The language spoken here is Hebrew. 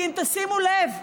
כי אם תשימו לב,